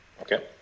Okay